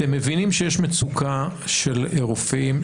אתם מבינים שיש מצוקה של רופאים,